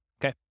okay